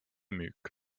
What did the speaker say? müük